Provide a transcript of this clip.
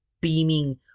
beaming